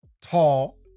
tall